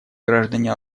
граждане